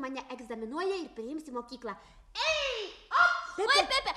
mane egzaminuoja ir priims į mokyklą ei